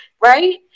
right